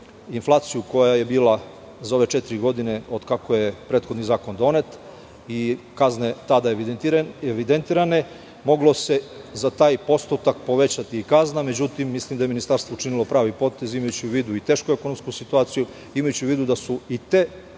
inflaciju koja je bila za ove četiri godine od kako je prethodni zakon doneti i kazne tada evidentirane, moglo se za taj postotak povećati i kazna, međutim, mislim da je ministarstvo učinilo pravi potez, imajući u vidu i tešku ekonomsku situaciju, imajući u vidu da su i te tada